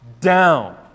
down